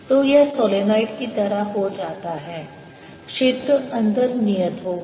तो यह सोलेनोइड की तरह हो जाता है क्षेत्र अंदर नियत होगा